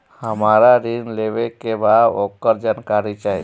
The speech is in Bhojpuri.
हमरा ऋण लेवे के बा वोकर जानकारी चाही